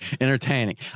Entertaining